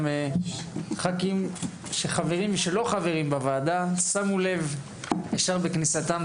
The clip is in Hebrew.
ח"כים שלא חברים בוועדה שמו לב ישר בכניסתם,